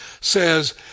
says